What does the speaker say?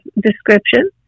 description